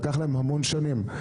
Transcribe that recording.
לקח להם המון שנים.